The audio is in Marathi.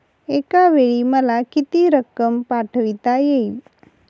एकावेळी मला किती रक्कम पाठविता येईल?